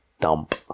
dump